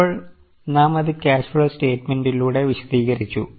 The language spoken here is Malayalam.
ഇപ്പോൾ നാം അത് ക്യാഷ് ഫ്ലോ സ്റ്റയ്റ്റ്മെൻറ്റിലൂടെ വിശദീകരിച്ചു